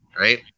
right